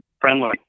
friendly